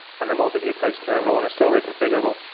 and the multiview takes care of it all and it's still reconfigurable.